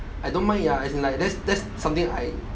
I don't mind ya as in like that's that's something I